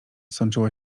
sączyła